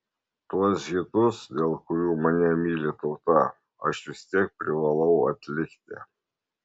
tuos hitus dėl kurių mane myli tauta aš vis tiek privalau atlikti